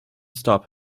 stop